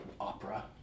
Opera